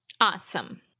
Awesome